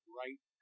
right